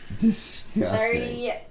disgusting